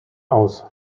aus